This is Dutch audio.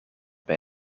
bij